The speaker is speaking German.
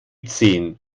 zehn